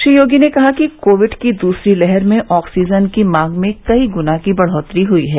श्री योगी ने कहा कि कोविड की दूसरी लहर में ऑक्सीजन की मांग में कई ग्ना की बढ़ोत्तरी हयी है